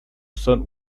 son